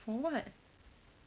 for what